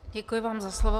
Děkuji vám za slovo.